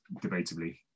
debatably